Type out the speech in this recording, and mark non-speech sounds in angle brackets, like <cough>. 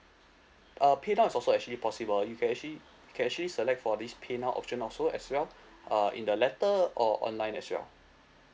uh paynow is also actually possible you can actually you can actually select for this paynow option also as well <breath> uh in the letter or online as well